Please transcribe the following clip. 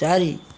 ଚାରି